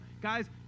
guys